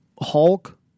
Hulk